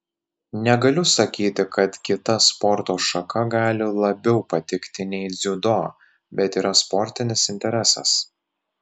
negaliu sakyti kad kita sporto šaka gali labiau patikti nei dziudo bet yra sportinis interesas